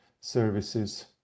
services